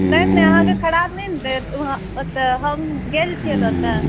नहि नहि अहाँकेँ खराब नहि देत ओतऽ हम गेल छियै ने ओतऽ